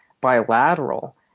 bilateral